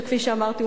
שכפי שאמרתי,